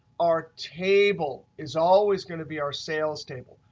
our table is always going to be our sales table.